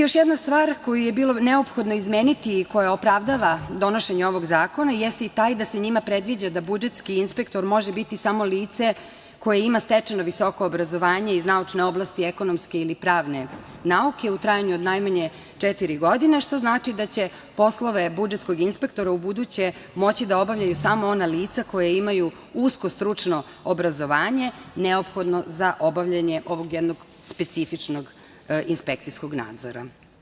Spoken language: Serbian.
Još jedna stvar koju je bilo neophodno izmeniti i koja opravdava donošenje ovog zakona jeste i taj da se njima predviđa da budžetski inspektor može biti samo lice koje ima stečeno visoko obrazovanje iz naučne oblasti ekonomske ili pravne nauke u trajanju od najmanje četiri godine, što znači da će poslove budžetskog inspektora ubuduće moći da obavljaju samo ona lica koja imaju uskostručno obrazovanje neophodno za obavljanje ovog jednog specifičnog inspekcijskog nadzora.